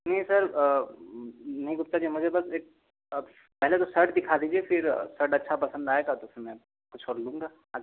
नहीं सर नहीं गुप्ता जी मुझे बस एक पहले तो शर्ट दिखा दीजिये फिर शर्ट अच्छा पसंद आएगा तो फिर मैं कुछ और लूँगा आगे